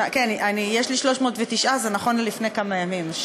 315. כן, 309, זה נכון ללפני כמה ימים.